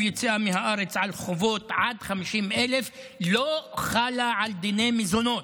יציאה מהארץ על חובות עד 50,000 לא חלה על דיני מזונות.